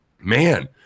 man